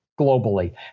globally